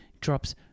Drops